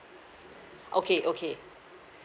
okay okay